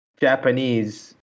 Japanese